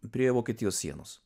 prie vokietijos sienos